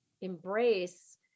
embrace